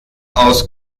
aus